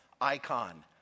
icon